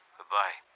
Goodbye